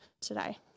today